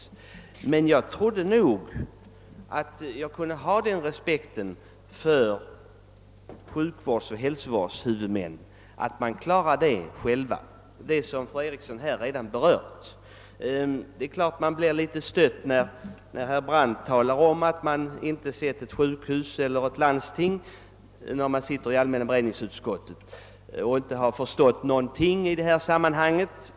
Jag trodde mig emellertid kunna ha den tilltro till sjukvårdens och hälsovårdens huvudmän att de skulle kunna klara det själva, såsom fru Eriksson i Stockholm redan har sagt. Det är klart att man blir litet stött, när herr Brandt talar om att de som sitter i allmänna beredningsutskottet inte har sett ett sjukhus eller ett landsting och inte har förstått något av detta.